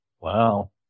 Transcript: Wow